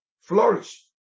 flourish